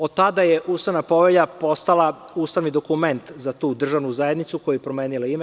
Od tada je Ustavna povelja postala ustavni dokument za tu državnu zajednicu koja je promenila ime.